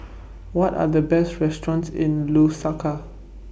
What Are The Best restaurants in Lusaka